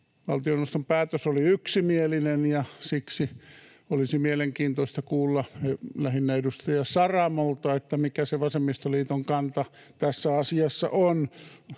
valtioneuvoston päätös oli yksimielinen, ja siksi olisi mielenkiintoista kuulla lähinnä edustaja Saramolta, mikä se vasemmistoliiton kanta tässä asiassa on.